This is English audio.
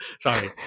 sorry